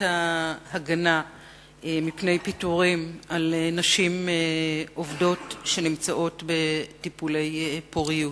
ההגנה מפני פיטורים על נשים עובדות שנמצאות בטיפולי פוריות.